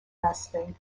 resting